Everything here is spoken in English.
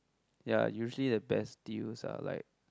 ya usually the best deals are like